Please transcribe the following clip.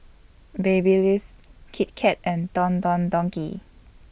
Babyliss Kit Kat and Don Don Donki